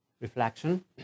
reflection